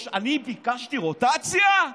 אני ביקשתי רוטציה?